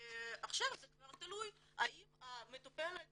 עכשיו זה כבר תלוי האם למטופלת